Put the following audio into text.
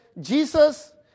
Jesus